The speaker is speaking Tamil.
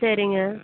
சரிங்க